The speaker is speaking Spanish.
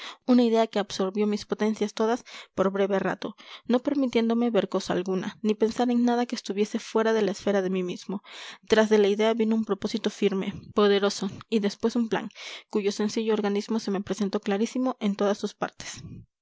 una idea que absorbió mis potencias todas por breve rato no permitiéndome ver cosa alguna ni pensar en nada que estuviese fuera de la esfera de mí mismo tras de la idea vino un propósito firme poderoso y después un plan cuyo sencillo organismo se me representó clarísimo en todas sus partes